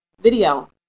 Video